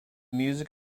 music